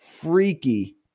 freaky